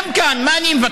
גם כאן, מה אני מבקש?